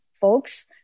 folks